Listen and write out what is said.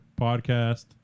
podcast